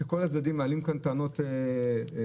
שכל הצדדים מעלים כאן טענות נכונות,